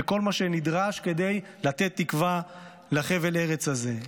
כל מה שנדרש כדי לתת תקווה לחבל הארץ הזה.